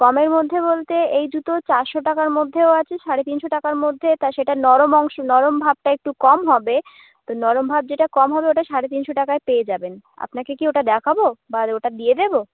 কমের মধ্যে বলতে এই জুতো চারশো টাকার মধ্যেও আছে সাড়ে তিনশো টাকার মধ্যে তা সেটা নরম অংশ নরম ভাবটা একটু কম হবে তো নরম ভাব যেটা কম হবে ওটা সাড়ে তিনশো টাকায় পেয়ে যাবেন আপনাকে কি ওটা দেখাব বা ওটা দিয়ে দেবো